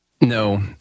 no